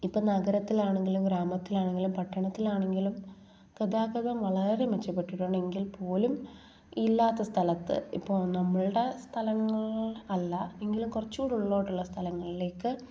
ഇപ്പം നഗരത്തിലാണെങ്കിലും ഗ്രാമത്തിലാണെങ്കിലും പട്ടണത്തിലാണെങ്കിലും ഗതാഗതം വളരെ മെച്ചപ്പെട്ടിട്ടുണ്ട് എങ്കിൽ പോലും ഇല്ലാത്ത സ്ഥലത്ത് ഇപ്പോൾ നമ്മളുടെ സ്ഥലങ്ങൾ അല്ല എങ്കിലും കുറച്ചുംകൂടി ഉള്ളിലോട്ടുള്ള സ്ഥലങ്ങളിലേക്ക്